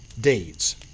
deeds